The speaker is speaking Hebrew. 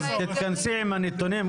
אז תתכנסי עם הנתונים.